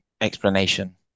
explanation